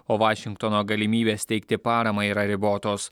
o vašingtono galimybės teikti paramą yra ribotos